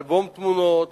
אלבום תמונות,